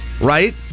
right